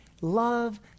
Love